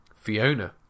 Fiona